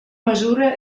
mesura